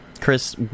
chris